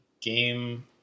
game